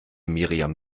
miriam